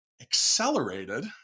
Accelerated